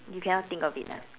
you cannot think of it ah